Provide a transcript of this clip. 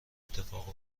اتفاق